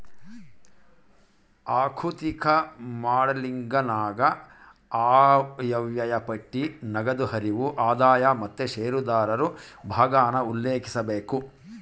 ಆಋಥಿಕ ಮಾಡೆಲಿಂಗನಾಗ ಆಯವ್ಯಯ ಪಟ್ಟಿ, ನಗದು ಹರಿವು, ಆದಾಯ ಮತ್ತೆ ಷೇರುದಾರರು ಭಾಗಾನ ಉಲ್ಲೇಖಿಸಬೇಕು